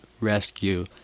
rescue